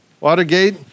Watergate